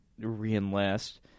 re-enlist